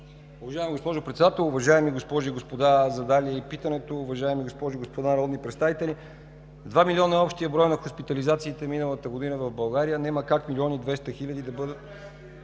уважаеми госпожи и господа, задали питането, уважаеми госпожи и господа народни представители! Два милиона е общият брой на хоспитализациите миналата година в България. Няма как милион и двеста хиляди да бъдат.